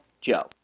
joe